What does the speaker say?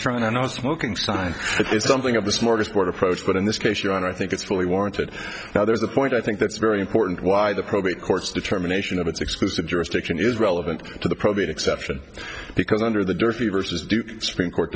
trying to nonsmoking sign is something of a smorgasbord approach but in this case you don't i think it's fully warranted now there's a point i think that's very important why the probate courts determination of its exclusive jurisdiction is relevant to the probate exception because under the dirty versus supreme court